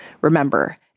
Remember